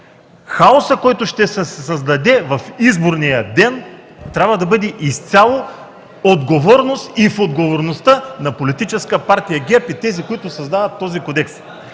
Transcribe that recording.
хаосът, който ще се създаде в изборния ден, трябва да бъде изцяло в отговорността на Политическа партия ГЕРБ и тези, които създават този кодекс.